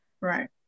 Right